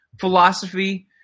philosophy –